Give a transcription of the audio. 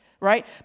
right